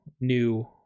new